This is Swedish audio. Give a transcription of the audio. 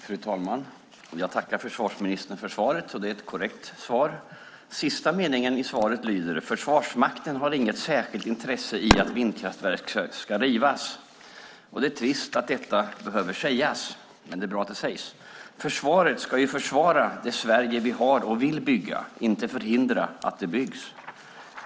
Fru talman! Jag tackar försvarsministern för svaret. Det är ett korrekt svar. Sista meningen i svaret lyder: Försvarsmakten har inget särskilt intresse i att vindkraftverk ska rivas. Det är trist att det behöver sägas, men det är bra att det sägs. Försvaret ska ju försvara det Sverige vi har och vill bygga, inte förhindra att det byggs.